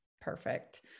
Perfect